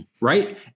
Right